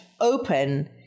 open